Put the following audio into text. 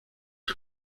los